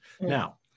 Now